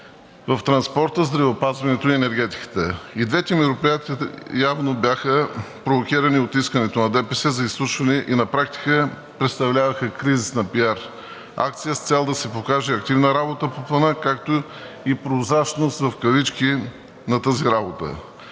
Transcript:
в транспорта, здравеопазването и енергетиката. И двете мероприятия явно бяха провокирани от искането на ДПС за изслушване и на практика представляваха кризисен пиар – акция с цел да се покаже активна работа по Плана, както и прозрачност в кавички на тази работа.